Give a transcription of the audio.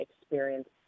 experience